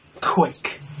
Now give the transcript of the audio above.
Quick